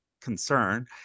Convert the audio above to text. concern